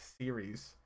series